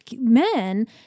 men